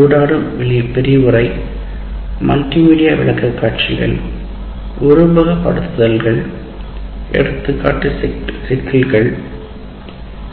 ஊடாடும் விரிவுரை மல்டிமீடியா விளக்கக்காட்சிகள் உருவகப்படுத்துதல்கள் எடுத்துக்காட்டு சிக்கல்கள்